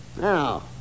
Now